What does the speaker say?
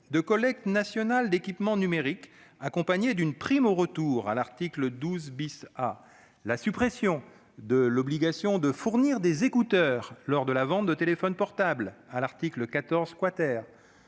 de collecte nationale d'équipements numériques, accompagnées d'une prime au retour, à l'article 12 A ; la suppression de l'obligation de fournir des écouteurs lors de la vente de téléphones portables, à l'article 14 ; le